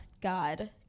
God